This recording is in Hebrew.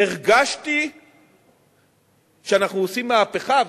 הרגשתי שאנחנו עושים מהפכה,